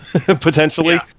potentially